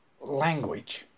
language